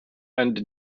and